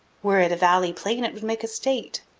were it a valley plain it would make a state.